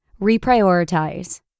reprioritize